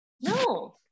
no